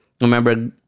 Remember